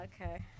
Okay